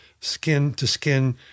skin-to-skin